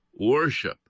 worship